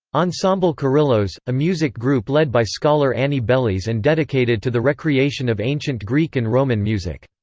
ensemble kerylos, a music group led by scholar annie belis and dedicated to the recreation of ancient greek and roman music.